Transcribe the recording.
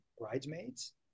bridesmaids